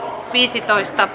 asia